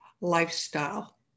lifestyle